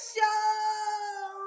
Show